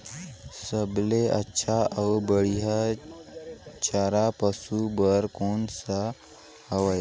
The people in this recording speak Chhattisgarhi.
सबले अच्छा अउ बढ़िया चारा पशु बर कोन सा हवय?